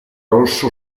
rosso